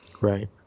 right